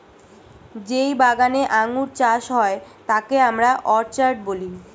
যেই বাগানে আঙ্গুর চাষ হয় তাকে আমরা অর্চার্ড বলি